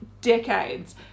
decades